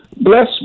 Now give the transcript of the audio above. Bless